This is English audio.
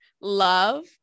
love